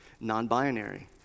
Non-binary